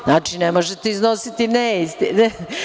Znači, ne možete iznositi neistine.